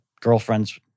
girlfriends